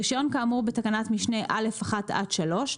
רישיון כאמור בתקנת משנה (א)(1) עד (3),